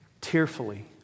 tearfully